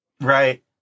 Right